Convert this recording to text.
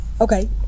Okay